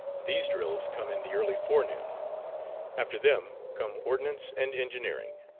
these drills come in the early forenoon. after them come ordnance and engineering.